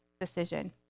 decision